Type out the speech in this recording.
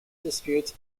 disputes